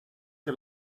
que